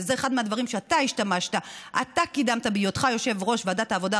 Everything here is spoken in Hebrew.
וזה אחד הדברים שאתה קידמת בהיותך יושב-ראש ועדת העבודה,